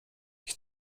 ich